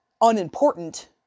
unimportant